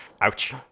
Ouch